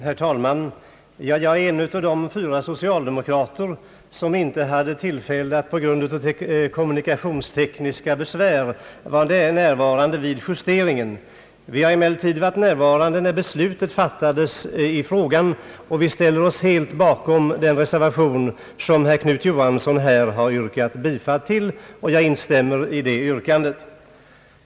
Herr talman! Jag är en av de fyra socialdemokrater som på grund av kommunikationstekniska besvärligheter inte hade tillfälle att närvara vid justeringen. Vi har emellertid varit närvarande när beslutet fattades i frågan, och vi ställer oss bakom den reservation som herr Knut Johansson har yrkat bifall till. Jag instämmer i det yrkandet.